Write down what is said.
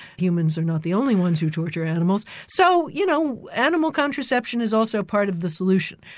humans are not the only ones who torture animals. so you know, animal contraception is also part of the solution.